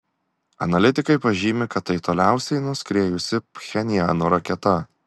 analitikai pažymi kad tai toliausiai nuskriejusi pchenjano raketa